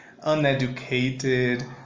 uneducated